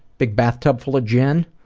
big bathtub full of gin.